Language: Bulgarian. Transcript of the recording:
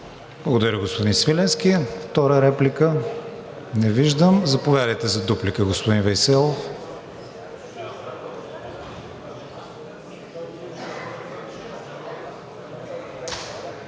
Благодаря, господин Свиленски. Втора реплика? Не виждам. Заповядайте за дуплика, господин Вейселов.